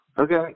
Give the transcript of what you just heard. Okay